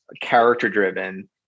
character-driven